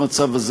במצב הזה,